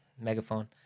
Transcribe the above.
megaphone